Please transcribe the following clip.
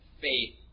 faith